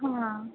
हां